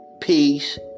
peace